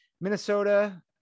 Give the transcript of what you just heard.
minnesota